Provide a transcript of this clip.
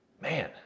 Man